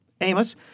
Amos